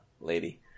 lady